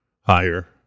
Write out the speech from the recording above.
higher